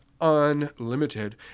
unlimited